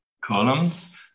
columns